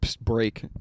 break